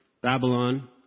babylon